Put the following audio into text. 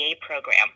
program